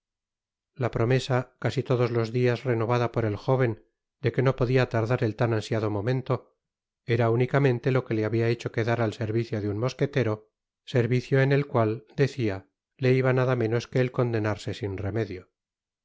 la promesa casi todos los dias renovada por el jóven de que no podia tardar el tan ansiado momento era únicamente lo que le habia hecho quedar al servicio de un mosquetero servicio en el cual decia le iba nada menos que el condenarse sin remedio